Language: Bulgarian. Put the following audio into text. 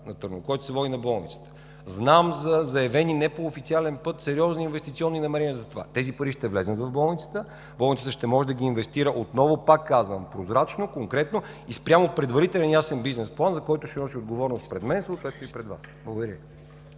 на Търново, който се води на болницата. Знам за заявени не по официален път сериозни инвестиционни намерения. Тези пари ще влязат в болницата. Тя ще може да ги инвестира, отново – пак казвам, прозрачно, конкретно и спрямо предварителен ясен бизнес план, за което се носи отговорност пред мен, съответно пред Вас. Благодаря.